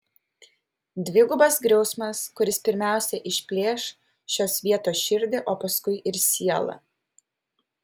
dvigubas griausmas kuris pirmiausia išplėš šios vietos širdį o paskui ir sielą